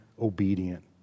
obedient